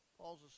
Paul's